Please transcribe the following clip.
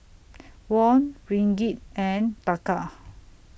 Won Ringgit and Taka